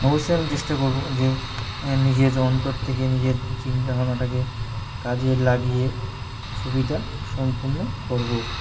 অবশ্যই আমি চেষ্টা করবো যে নিজের অন্তর থেকে নিজের চিন্তা ভাবনাটাকে কাজে লাগিয়ে ছবিটা সম্পূর্ণ করবো